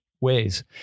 ways